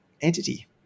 entity